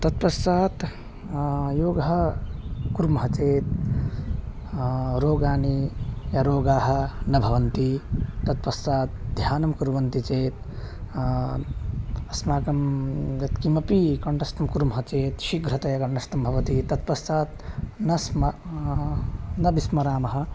तत्पश्चात् योगं कुर्मः चेत् रोगाः ये रोगाः न भवन्ति तत्पश्चात् ध्यानं कुर्वन्ति चेत् अस्माकं यत्किमपि कण्ठस्थं कुर्मः चेत् शीघ्रतया कण्ठस्थं भवति तत्पश्चात् न स्म न विस्मरामः